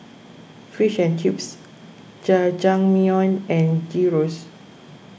Fish and Chips Jajangmyeon and Gyros